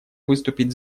выступить